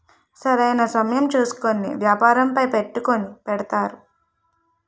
సరైన సమయం చూసుకొని వ్యాపారంపై పెట్టుకుని పెడతారు